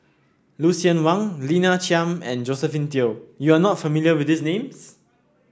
Lucien Wang Lina Chiam and Josephine Teo you are not familiar with these names